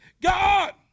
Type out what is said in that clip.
God